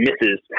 misses